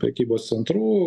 prekybos centrų